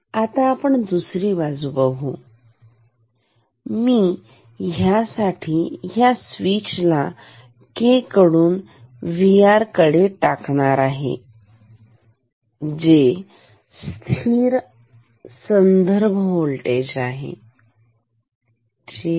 आता आपण दुसरी पायरी बघू आता मी ह्या साठी ह्या स्वीच ला K कडून Vr कडे टाकणार जे स्थिर संदर्भ व्होल्टेज आहेठीक